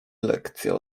lekcja